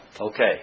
Okay